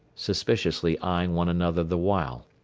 suspiciously eyeing one another the while.